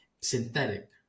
synthetic